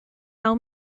how